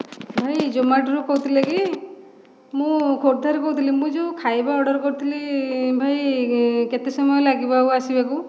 ଭାଇ ଜୋମାଟୋରୁ କହୁଥିଲେ କି ମୁଁ ଖୋର୍ଦ୍ଧାରୁ କହୁଥିଲି ମୁଁ ଯେଉଁ ଖାଇବା ଅର୍ଡର କରିଥିଲି ଭାଇ କେତେ ସମୟ ଲାଗିବ ଆଉ ଆସିବାକୁ